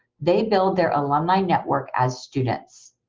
they build their alumni network as students.